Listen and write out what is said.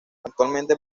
actualmente